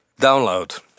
download